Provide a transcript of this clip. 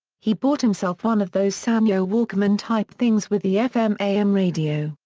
he bought himself one of those sanyo walkman-type things with the fm-am radio,